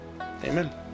amen